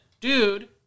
dude